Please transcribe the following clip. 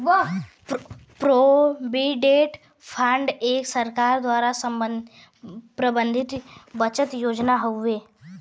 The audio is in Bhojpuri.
प्रोविडेंट फंड एक सरकार द्वारा प्रबंधित बचत योजना हौ